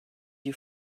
you